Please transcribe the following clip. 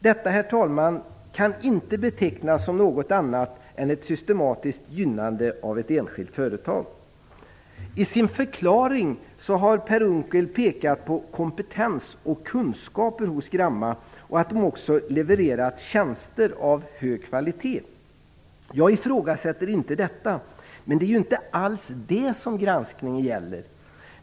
Detta, herr talman, kan inte betecknas som något annat än ett systematiskt gynnande av ett enskilt företag. I sin förklaring har Per Unckel pekat på kompetens och kunskaper hos Gramma AB och på att företaget har levererat tjänster av hög kvalitet. Jag ifrågasätter inte detta, men det är ju inte alls det som granskningen gäller.